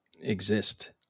exist